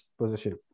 position